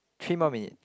three more minutes